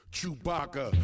Chewbacca